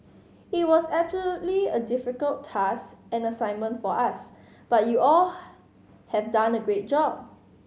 it was absolutely a difficult task and assignment for us but you all have done a great job